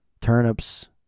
Turnips